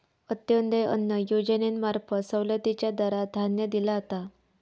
अंत्योदय अन्न योजनेंमार्फत सवलतीच्या दरात धान्य दिला जाता